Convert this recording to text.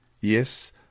Yes